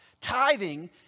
tithing